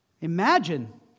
Imagine